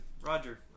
Roger